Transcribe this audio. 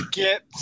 get